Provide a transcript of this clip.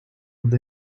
would